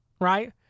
right